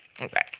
Okay